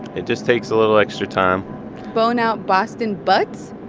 it just takes a little extra time bone-out boston butts?